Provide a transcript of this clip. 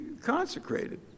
consecrated